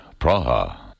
Praha